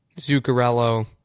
Zuccarello